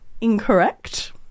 Incorrect